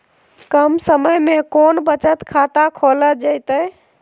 कम समय में कौन बचत खाता खोले जयते?